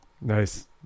Nice